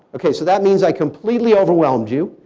okay, so that means i completely overwhelmed you.